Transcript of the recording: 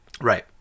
Right